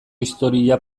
historia